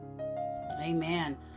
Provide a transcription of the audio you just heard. Amen